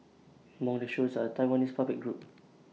among the shows are A Taiwanese puppet group